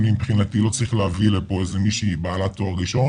אני מבחינתי לא צריך להביא לפה איזה מישהי בעלת תואר ראשון,